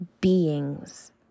beings